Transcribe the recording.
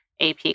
AP